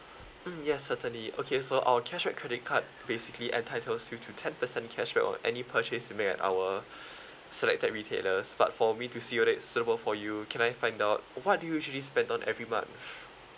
mm ya certainly okay so our cashback credit card basically entitles you to ten percent cashback on any purchase made at our selected retailers but for me to see whether it's suitable for you can I find out what do you usually spend on every month